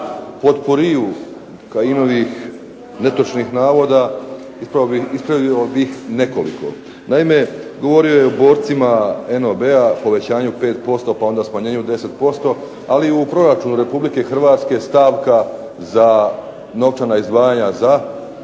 podkuriju Kajinovih netočnih navoda ispravio bih nekoliko. Naime, govorio je o borcima NOB-a povećanju 5%, pa onda smanjenju 10% ali i u proračunu Republike Hrvatske stavka za novčana izdvajanja za